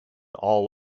all